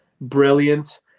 brilliant